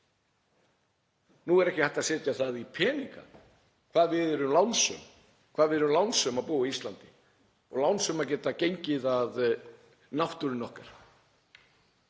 Nú er ekki hægt að setja það í peninga hvað við erum lánsöm að búa á Íslandi og lánsöm að geta gengið að náttúrunni okkar